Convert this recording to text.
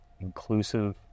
inclusive